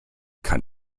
kann